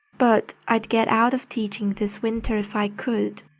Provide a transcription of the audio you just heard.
but i'd get out of teaching this winter if i could.